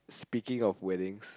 speaking of weddings